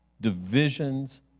divisions